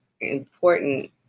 important